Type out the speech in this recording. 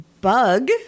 Bug